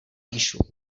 píšu